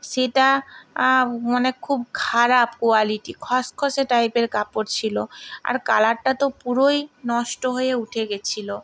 সেটা মানে খুব খারাপ কোয়ালিটি খসখসে টাইপের কাপড় ছিলো আর কালারটা তো পুরোই নষ্ট হয়ে উঠে গেছিলো